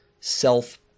self